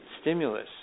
stimulus